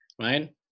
right